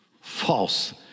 False